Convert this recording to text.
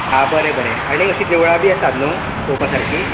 आ बरें बरें आनी अशीं देवळां बी आसात न्हू पळोवपा सारकीं